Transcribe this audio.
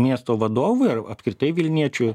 miesto vadovui ar apskritai vilniečių